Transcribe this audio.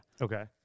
Okay